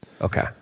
Okay